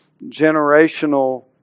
generational